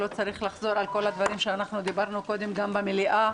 לא צריך לחזור על כל הדברים שעליהם דיברנו קודם גם במליאה.